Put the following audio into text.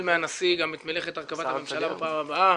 מהנשיא גם את מלאכת הרכבת הממשלה בפעם הבאה,